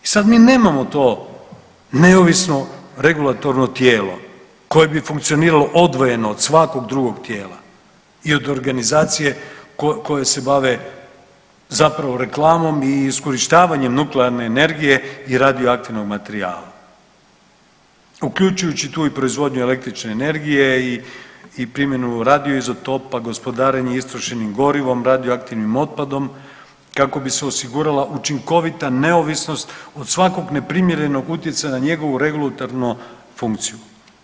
I sad mi nemamo to neovisno regulatorno tijelo koje bi funkcioniralo odvojeno od svakog drugog tijela i od organizacije koje se bave zapravo reklamom i iskorištavanje nuklearne energije i radioaktivnog materijala, uključujući tu i proizvodnju električne energije i primjenu radioizotopa, gospodarenje istrošenim gorivom radioaktivnim otpadom kako bi se osigurala učinkovita neovisnost od svakog neprimjerenog utjecaja ne njegovu regulatornu funkciju.